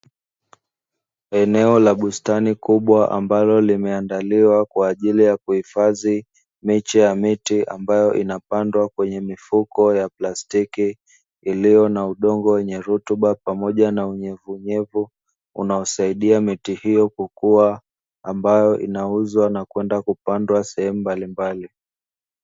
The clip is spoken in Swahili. Eneo la bustani kubwa ambalo limeandaliwa kwa ajili ya kuhifadhi miche ya miti ambayo inapandwa kwenye mifuko ya plastiki, iliyo na udongo wenye rutuba pamoja na unyevuunyevu unaosaidia miti hiyo kukua ambayo inauzwa na kwenda kupandwa sehemu mbalimbali.